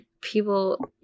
people